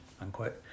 unquote